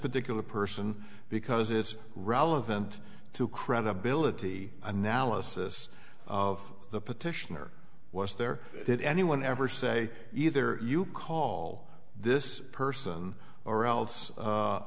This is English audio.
particular person because it's relevant to credibility analysis of the petitioner was there did anyone ever say either you call this person or else